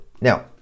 now